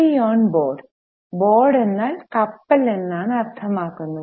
free on board board എന്നാൽ കപ്പൽ എന്നാണ് അർത്ഥമാക്കുന്നത്